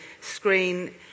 screen